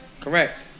Correct